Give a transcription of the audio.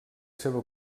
seva